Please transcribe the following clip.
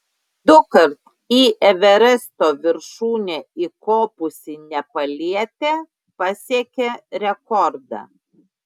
dukart į everesto viršūnę įkopusi nepalietė pasiekė rekordą